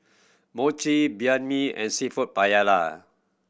Mochi Banh Mi and Seafood Paella